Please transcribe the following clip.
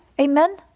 Amen